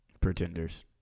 Pretenders